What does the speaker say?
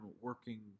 working